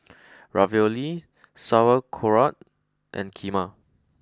Ravioli Sauerkraut and Kheema